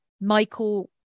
michael